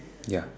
ya